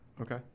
Okay